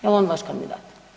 Jel on vaš kandidat?